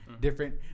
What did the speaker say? Different